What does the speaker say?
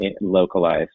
localized